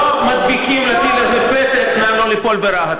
לא מדביקים לטיל הזה פתק: נא לא ליפול ברהט.